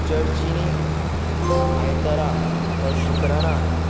चर्चीनी आयतारा वा शुक्रारा